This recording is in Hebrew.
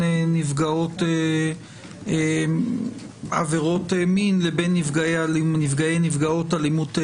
נפגעות עבירות מין לבין נפגעי או נפגעות אלימות חמורה.